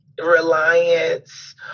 reliance